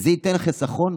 וזה ייתן חיסכון,